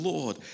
Lord